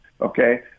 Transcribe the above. okay